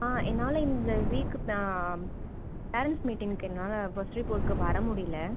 ஆ என்னால் இந்த week parents மீட்டிங்குக்கு என்னால் ஃபஸ்ட் ரிப்போர்ட்டுக்கு வர முடியலை